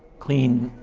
clean,